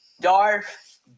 Darth